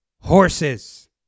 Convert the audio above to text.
horses